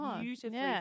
beautifully